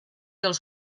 els